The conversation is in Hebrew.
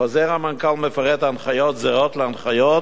חוזר המנכ"ל מפרט הנחיות זהות להנחיות